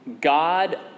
God